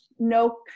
No